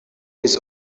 his